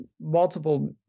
multiple